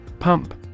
Pump